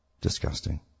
Disgusting